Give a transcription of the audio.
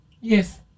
Yes